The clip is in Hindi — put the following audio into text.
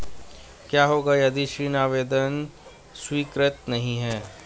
क्या होगा यदि ऋण आवेदन स्वीकृत नहीं है?